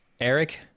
eric